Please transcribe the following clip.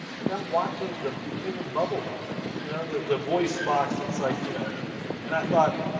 like i'm watching the human bubble box. you know, the the voice box that's like you know and i thought,